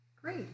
Great